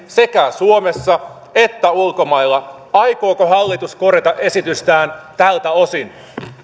sekä suomessa että ulkomailla aikooko hallitus korjata esitystään tältä osin